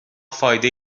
فایده